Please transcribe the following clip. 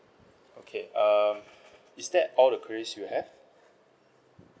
okay um is that all the queries you have